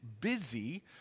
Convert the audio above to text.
busy